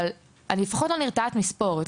אבל לפחות אני לא נרתעת מספורט,